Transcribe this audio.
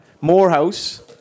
Morehouse